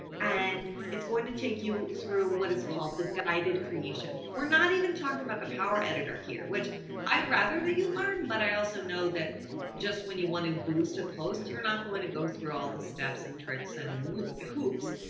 and it's going to take you through what is called the guided creation. we're not even talking about the power editor here which i'd rather than you learn. but i also know that just when you want to boost a post, you're not going to go through all the steps and tricks and hoops,